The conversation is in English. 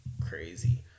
crazy